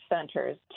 centers